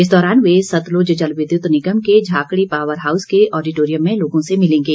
इस दौरान वे सतलुज जल विद्युत निगम के झाकड़ी पावर हाउस के ऑडिटोरियम में लोगों से मिलेंगे